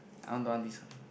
I want don't want listen